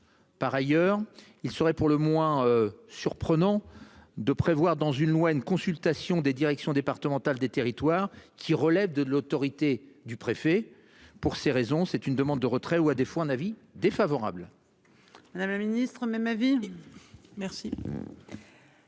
Par ailleurs il serait pour le moins surprenant de prévoir dans une loi une consultation des directions départementales des territoires qui relève de l'autorité du préfet. Pour ces raisons, c'est une demande de retrait ou à défaut un avis défavorable. Madame la Ministre même avis. Merci.